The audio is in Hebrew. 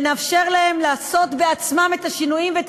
נאפשר להם לעשות בעצמם את השינויים ואת